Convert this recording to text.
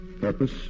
Purpose